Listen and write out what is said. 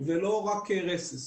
ולא רק רסס,